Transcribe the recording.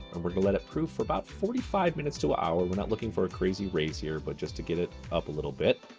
and we're gonna let it proof for about forty five minutes to a hour. we're not looking for a crazy raise here, but just to get it up a little bit.